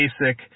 basic